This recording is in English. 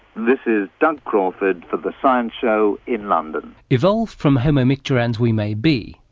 this is doug crawford for the science show in london. evolved from homo micturans we may be,